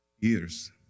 years